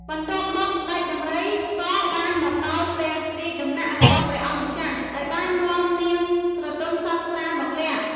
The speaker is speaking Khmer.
បន្ទាប់មក ស្តេចដំរីសបានមកដល់ព្រះរាជដំណាក់របស់ព្រះអង្គម្ចាស់ ដែលបាននាំនាងស្រទន់សាស្ត្រាមកលាក់ ។